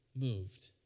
moved